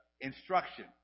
instruction